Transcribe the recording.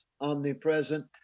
omnipresent